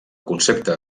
concepte